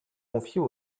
confiée